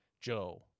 Joe